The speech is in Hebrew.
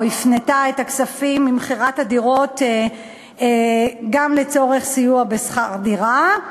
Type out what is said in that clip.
או הפנתה את הכספים ממכירת הדירות גם לצורך סיוע בשכר דירה.